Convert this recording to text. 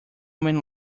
many